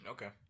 Okay